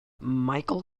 michael